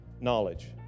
knowledge